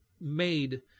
made